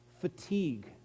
fatigue